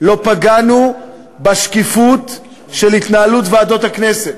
לא פגענו בשקיפות של התנהלות ועדות הכנסת.